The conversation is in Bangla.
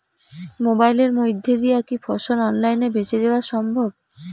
মোবাইলের মইধ্যে দিয়া কি ফসল অনলাইনে বেঁচে দেওয়া সম্ভব?